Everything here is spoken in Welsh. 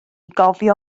gofio